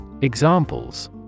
Examples